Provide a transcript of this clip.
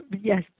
Yes